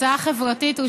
התשע"ח 2017,